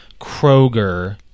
Kroger